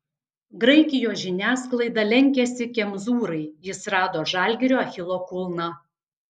graikijos žiniasklaida lenkiasi kemzūrai jis rado žalgirio achilo kulną